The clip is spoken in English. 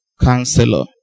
Counselor